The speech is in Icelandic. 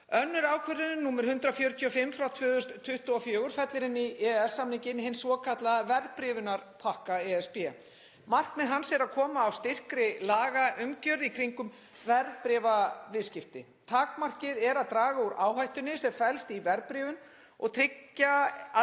Önnur ákvörðunin, nr. 145/2024, fellir inn í EES-samninginn hinn svokallaða verðbréfunarpakka ESB. Markmið hans er að koma á styrkri lagaumgjörð í kringum verðbréfunarviðskipti. Takmarkið er að draga úr áhættunni sem felst í verðbréfun og að tryggja